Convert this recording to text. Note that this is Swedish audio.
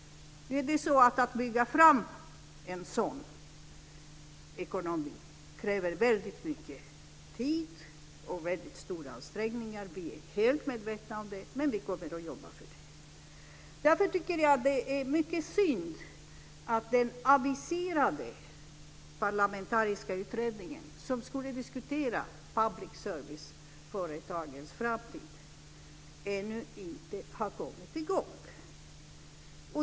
Att bygga upp en sådan ekonomi kräver mycket tid och stora ansträngningar. Vi är helt medvetna om det, men vi kommer att jobba för det. Därför är det mycket synd att den aviserade parlamentariska utredningen som skulle diskutera public service-företagens framtid ännu inte har kommit i gång.